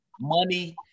money